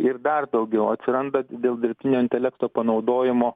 ir dar daugiau atsiranda dėl dirbtinio intelekto panaudojimo